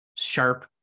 sharp